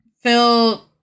Phil